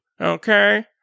Okay